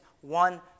one